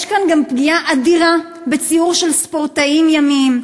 יש כאן גם פגיעה אדירה בציוד של ספורטאים ימיים,